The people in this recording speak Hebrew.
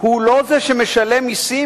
הוא לא זה שמשלם מסים,